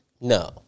No